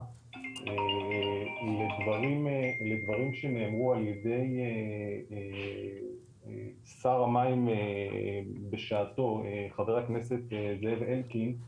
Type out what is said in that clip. לדברים שנאמרו על ידי שר המים בשעתו ח"כ זאב אלקין,